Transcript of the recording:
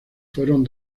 fueron